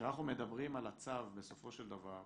כשאנחנו מדברים על הצו בסופו של דבר.